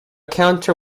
counter